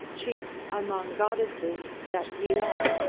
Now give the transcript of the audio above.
chief among goddesses that ye are?